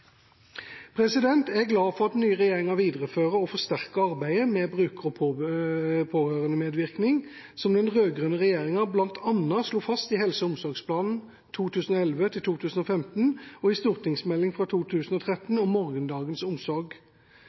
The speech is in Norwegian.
Jeg er glad for at den nye regjeringa viderefører og forsterker arbeidet med bruker- og pårørendemedvirkning, som den rød-grønne regjeringa bl.a. slo fast i Nasjonal helse- og omsorgsplan 2011–2015 og i stortingsmeldingen fra 2013 om morgendagens omsorg.